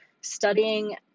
studying